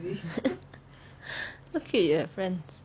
okay so cute you have friends